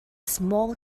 small